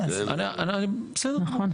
בסדר גמור.